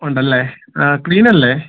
ഉണ്ടല്ലേ ആ ക്ലീൻ അല്ലേ